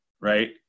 right